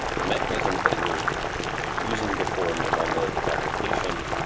the mechanisms that you were using before in your monolithic application